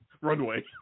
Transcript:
runway